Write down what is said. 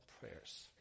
prayers